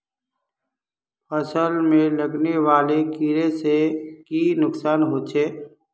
फसल में लगने वाले कीड़े से की नुकसान होचे?